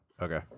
Okay